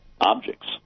objects